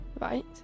Right